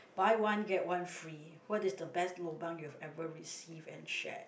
buy one get one free what is the best lobang you had ever received and share